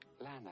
Lana